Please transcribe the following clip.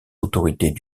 autorités